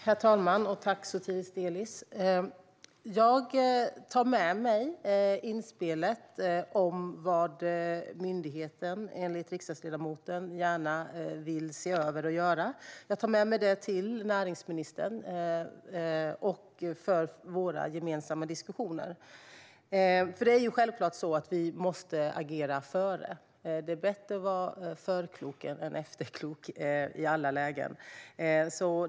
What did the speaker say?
Herr talman! Tack, Sotiris Delis! Jag tar med mig inspelet om vad myndigheten enligt riksdagsledamoten bör se över och göra till näringsministern och till våra gemensamma diskussioner. Vi måste självklart agera i förväg. Det är i alla lägen bättre att vara förklok än efterklok.